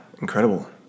incredible